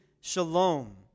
shalom